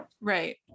Right